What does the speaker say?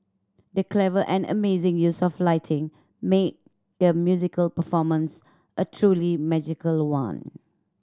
the clever and amazing use of lighting made the musical performance a truly magical one